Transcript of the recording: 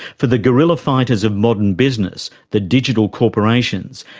for the guerrilla fighters of modern business, the digital corporations,